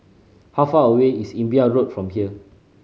how far away is Imbiah Road from here